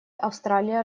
австралия